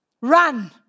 run